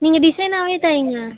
நீங்கள் டிசைனாகவே தையுங்க